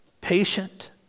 patient